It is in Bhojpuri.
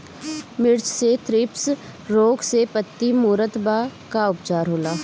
मिर्च मे थ्रिप्स रोग से पत्ती मूरत बा का उपचार होला?